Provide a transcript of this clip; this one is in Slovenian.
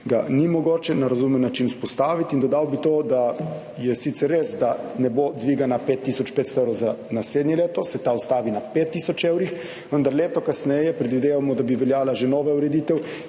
ga ni mogoče na razumen način vzpostaviti. In dodal bi to, da je sicer res, da ne bo dviga na 5 tisoč 500 evrov za naslednje leto, se ta ustavi na 5 tisoč evrih. Vendar leto kasneje predvidevamo, da bi veljala že nova ureditev,